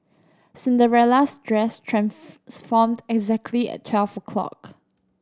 Cinderella's dress transformed exactly at twelve o' clock